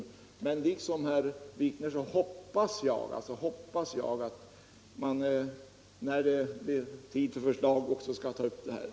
I likhet med herr Wikner hoppas jag dock att man när det blir tid till förslag skall ta upp också detta.